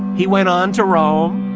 he went on to rome,